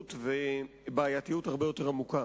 מוזרות ובעייתיות הרבה יותר עמוקה.